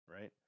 Right